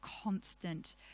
constant